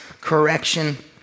Correction